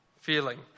feeling